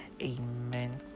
Amen